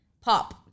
Pop